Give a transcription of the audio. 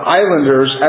islanders